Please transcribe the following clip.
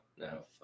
No